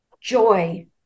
joy